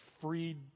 freed